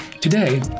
Today